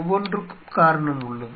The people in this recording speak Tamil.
ஒவ்வொன்றுக்கும் காரணம் உள்ளது